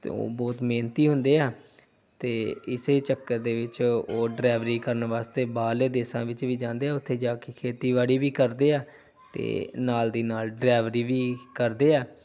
ਅਤੇ ਉਹ ਬਹੁਤ ਮਿਹਨਤੀ ਹੁੰਦੇ ਆ ਅਤੇ ਇਸੇ ਚੱਕਰ ਦੇ ਵਿੱਚ ਉਹ ਡਰਾਈਵਰੀ ਕਰਨ ਵਾਸਤੇ ਬਾਹਰਲੇ ਦੇਸ਼ਾਂ ਵਿੱਚ ਵੀ ਜਾਂਦੇ ਆ ਉੱਥੇ ਜਾ ਕੇ ਖੇਤੀਬਾੜੀ ਵੀ ਕਰਦੇ ਆ ਅਤੇ ਨਾਲ ਦੀ ਨਾਲ ਡਰਾਈਵਰੀ ਵੀ ਕਰਦੇ ਆ